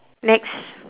next